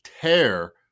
tear